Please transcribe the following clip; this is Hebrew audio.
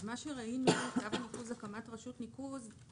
מה שראינו שהיה בניקוז להקמת רשות ניקוז,